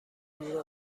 دور